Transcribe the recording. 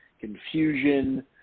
confusion